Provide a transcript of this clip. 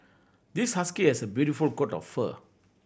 this husky has a beautiful coat of fur